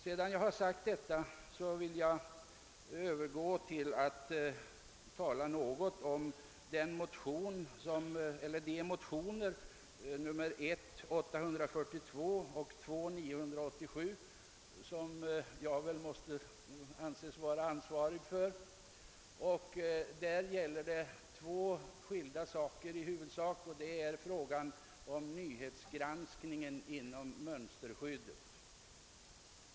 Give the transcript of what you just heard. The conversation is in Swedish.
Sedan jag sagt detta vill jag övergå till att tala något om de motioner, I: 842 och II:987, som jag måste anses vara ansvarig för. Dessa motioner gäller i huvudsak två frågor. Den ena rör nyhetsgranskningen inom mönsterskyddet.